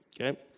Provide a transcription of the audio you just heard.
okay